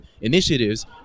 initiatives